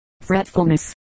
Fretfulness